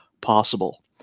possible